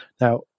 Now